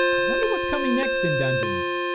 i wonder, what's coming next in dungeons?